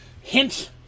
hint